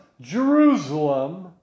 Jerusalem